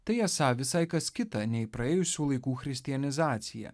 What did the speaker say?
tai esą visai kas kita nei praėjusių laikų christianizacija